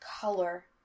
color